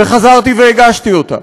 וחזרתי והגשתי אותה,